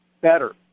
better